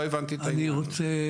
אני רוצה